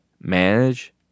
manage